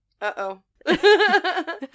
Uh-oh